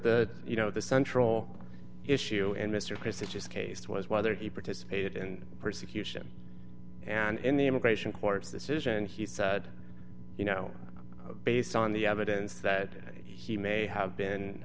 the you know the central issue in mr chris is his case was whether he participated in persecution and in the immigration court decision he said you know based on the evidence that he may have